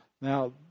Now